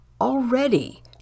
already